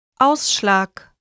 AUSSCHLAG